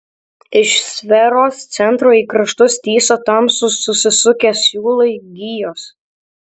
iš sferos centro į kraštus tįso tamsūs susisukę siūlai gijos